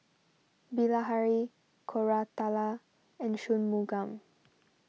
Bilahari Koratala and Shunmugam